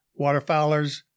waterfowlers